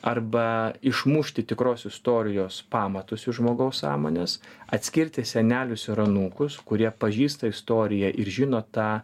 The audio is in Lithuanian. arba išmušti tikros istorijos pamatus iš žmogaus sąmonės atskirti senelius ir anūkus kurie pažįsta istoriją ir žino tą